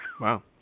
Wow